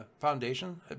foundation